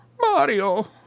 Mario